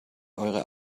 eure